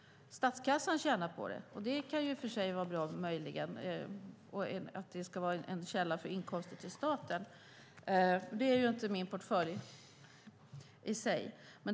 Statskassan tjänar på det, och det kan i och för sig möjligen vara bra som inkomstkälla för staten. Det är dock inte min portfölj.